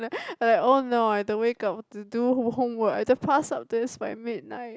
I like oh no I have to wake up to do homework and to pass up this by midnight